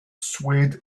swayed